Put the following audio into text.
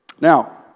Now